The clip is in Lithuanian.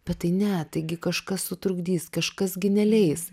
kad tai ne taigi kažkas sutrukdys kažkas gi neleis